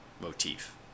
motif